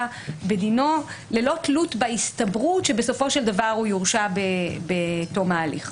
בידנו ללא תלות בהסתברות שבסופו של דבר הוא יורשע בתום ההליך.